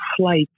flight